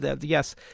yes